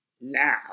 Now